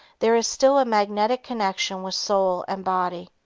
there is still a magnetic connection with soul and body.